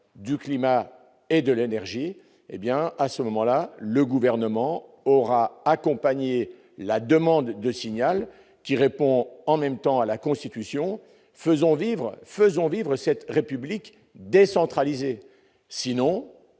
du climat et de l'énergie, hé bien à ce moment-là, le gouvernement aura accompagné la demande de signal qui répond en même temps à la constitution faisons vivre faisons vivre cette république décentralisée, sinon